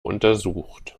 untersucht